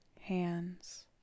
hands